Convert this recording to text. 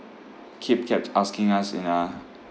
keep kept asking us in a